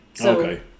Okay